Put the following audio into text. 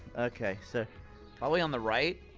okay so probably on the right?